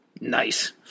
nice